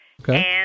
Okay